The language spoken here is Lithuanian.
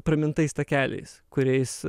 pramintais takeliais kuriais